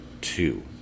two